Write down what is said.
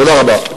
תודה רבה.